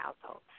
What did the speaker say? household